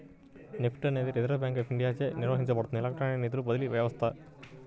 NEFT అనేది Reserve Bank of ఇండియాచే నిర్వహించబడే ఎలక్ట్రానిక్ నిధుల బదిలీ వ్యవస్థ